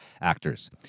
actors